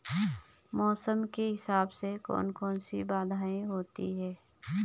मौसम के हिसाब से कौन कौन सी बाधाएं होती हैं?